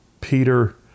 Peter